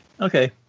Okay